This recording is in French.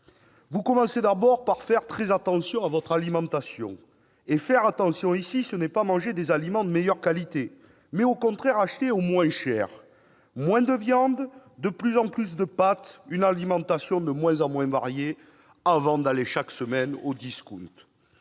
Vous commencez par faire très attention à votre alimentation. Et « faire attention », ici, ce n'est pas manger des aliments de meilleure qualité. Au contraire, il s'agit d'acheter au moins cher : moins de viande, de plus en plus de pâtes, une alimentation de moins en moins variée avant d'aller chaque semaine au discount.